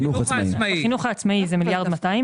בחינוך העצמאי זה 1.200 מיליארד,